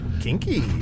Kinky